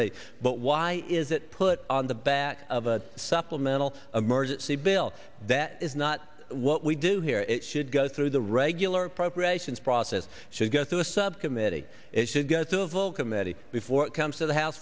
me but why is it put on the back of a supplemental emergency bill that is not what we do here it should go through the regular appropriations process should go through a subcommittee it should go through the full committee before it comes to the house